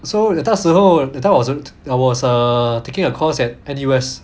so then 那时候 that time 我是 I was err taking a course at N_U_S